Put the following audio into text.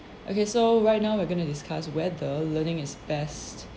okay so right now we are going to discuss whether learning is best